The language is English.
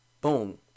Boom